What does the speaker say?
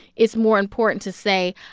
it's more important to say,